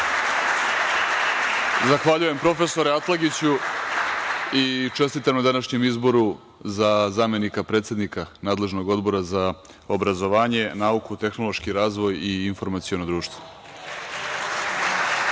Zahvaljujem, profesore Atlagiću, i čestitam na današnjem izboru za zamenika predsednika nadležnog Odbora za obrazovanje, nauku tehnološki razvoj i informaciono društvo. Na